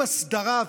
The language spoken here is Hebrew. עם הסדרה.